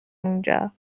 اونجا